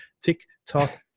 tiktok